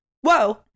whoa